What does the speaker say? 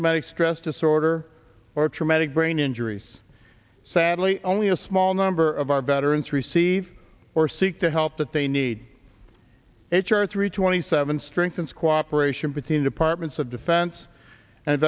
traumatic stress disorder or traumatic brain injuries sadly only a small number of our veterans receive or seek the help that they need as are three twenty seven strengthens cooperation between departments of defense and